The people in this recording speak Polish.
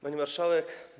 Pani Marszałek!